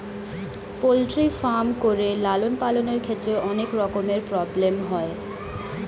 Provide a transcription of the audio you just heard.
poultry farm করে লালন পালনের ক্ষেত্রে অনেক রকমের প্রব্লেম হয়